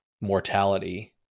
mortality